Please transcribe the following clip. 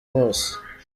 bose